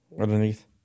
underneath